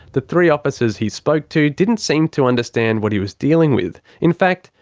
the three officers he spoke to didn't seem to understand what he was dealing with. in fact,